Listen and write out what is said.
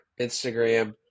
Instagram